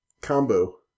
Combo